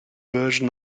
version